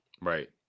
right